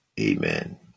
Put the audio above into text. Amen